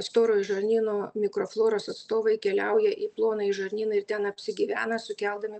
storojo žarnyno mikrofloros atstovai keliauja į plonąjį žarnyną ir ten apsigyvena sukeldami